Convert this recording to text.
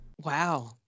Wow